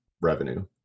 revenue